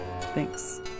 Thanks